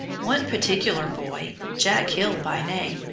one particular boy, jack hill by name,